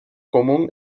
común